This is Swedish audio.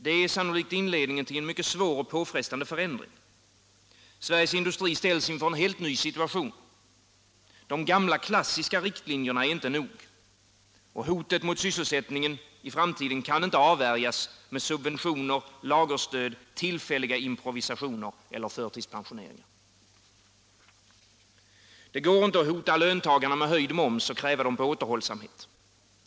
Det är inledningen till en svår och påfrestande förändring. Sveriges industri ställs inför en helt ny situation. De gamla, klassiska riktlinjerna är inte nog. Hotet mot sysselsättningen kan inte avvärjas med subventioner, lagerstöd, till fälliga improvisationer eller förtidspensioneringar. Nr 48 Det går inte att hota löntagarna med. höjd moms och krv dem på åter Torsdagen den hållsamhet.